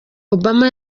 obama